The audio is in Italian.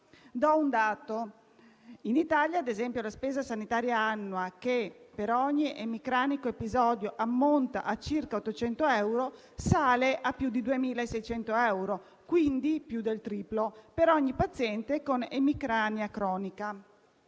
Do un dato: in Italia, ad esempio, la spesa sanitaria annua, che per ogni emicranico episodico ammonta a circa 800 euro, sale a più di 2.600 euro (quindi a più del triplo) per ogni paziente con emicrania cronica.